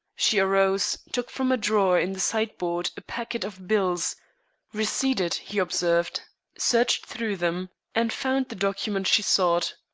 she arose, took from a drawer in the sideboard a packet of bills receipted, he observed searched through them and found the document she sought.